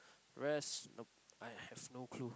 rest nope I have no clue